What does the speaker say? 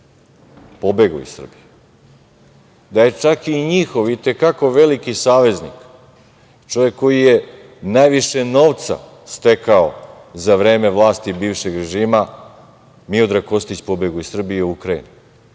Da je čak i njihov i te kako veliki saveznik, čovek koji je najviše novca stekao za vreme vlasti bivšeg režima Miodrag Kostić pobegao iz Srbije u Ukrajinu. Sada